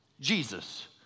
Jesus